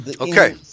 Okay